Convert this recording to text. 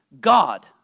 God